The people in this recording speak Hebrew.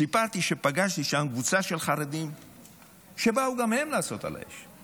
סיפרתי שפגשתי שם קבוצה של חרדים שבאו גם הם לעשות על האש.